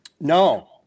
No